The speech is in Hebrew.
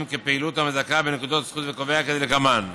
כפעילות המזכה בנקודות זכות וקובע כדלקמן: